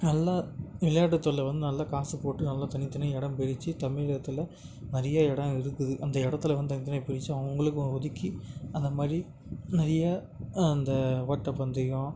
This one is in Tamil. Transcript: நல்லா விளையாட்டு துறையில் வந்து நல்லா காசு போட்டு நல்லா தனித்தனியாக இடம் பிரித்து தமிழகத்தில் நிறைய இடம் இருக்குது அந்த இடத்துல வந்து தனியாக தனியாக பிரித்து அவங்கவங்களுக்கும் ஒ ஒதுக்கி அந்த மாதிரி நிறையா அந்த ஓட்டப்பந்தயம்